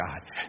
God